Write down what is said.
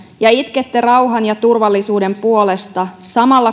ja itkette rauhan ja turvallisuuden puolesta samalla